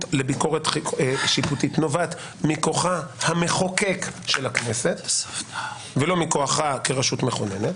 לביקורת שיפוטית נובעת מכוחה המחוקק של הכנסת ולא מכוחה כרשות מכוננת